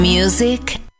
Music